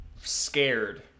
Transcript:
scared